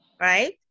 right